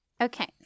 Okay